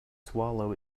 swallow